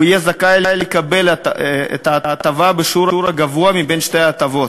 הוא יהיה זכאי לקבל את ההטבה בשיעור הגבוה מבין שתי ההטבות.